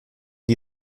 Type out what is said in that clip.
die